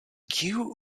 kiu